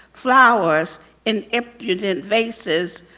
flowers in impudent vases,